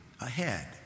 ahead